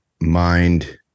mind